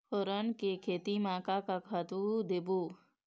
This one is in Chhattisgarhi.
फोरन के खेती म का का खातू देबो?